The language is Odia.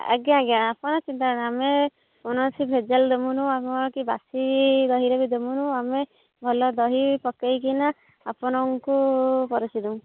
ଆଜ୍ଞା ଆଜ୍ଞା ଆପଣ ଚିନ୍ତା କରନ୍ତୁନି ଆମେ କୌଣସି ଭେଜାଲ୍ ଦେବୁନି ଆମର କି ବାସି ଦହିରେ ବି ଦେବୁନି ଆମେ ଭଲ ଦହି ପକେଇ କିନା ଆପଣଙ୍କୁ ପରଷି ଦେବୁ